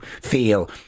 feel